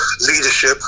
leadership